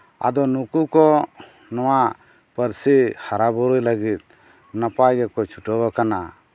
ᱟᱫᱚ ᱱᱩᱠᱩ ᱠᱚ ᱱᱚᱣᱟ ᱯᱟᱹᱨᱥᱤ ᱦᱟᱨᱟ ᱵᱩᱨᱩᱭ ᱞᱟᱹᱜᱤᱫ ᱱᱟᱯᱟᱭ ᱜᱮᱠᱚ ᱪᱷᱩᱴᱟᱹᱣᱟᱠᱟᱱᱟ